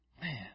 Man